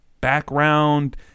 background